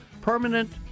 permanent